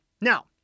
Now